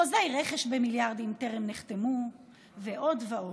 כשחוזי רכש במיליארדים טרם נחתמו ועוד ועוד.